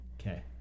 Okay